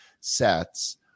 sets